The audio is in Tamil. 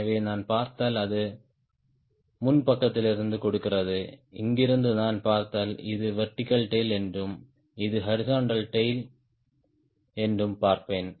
எனவே நான் பார்த்தால் அது முன்பக்கத்திலிருந்து கொடுக்கிறது இங்கிருந்து நான் பார்த்தால் இது வெர்டிகல் டேய்ல் என்றும் இது ஹாரிஸ்ன்ட்டல் டேய்ல் என்றும் பார்ப்பேன்